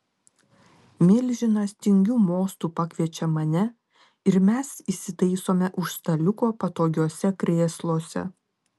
milžinas tingiu mostu pakviečia mane ir mes įsitaisome už staliuko patogiuose krėsluose